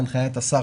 בהנחיית השר,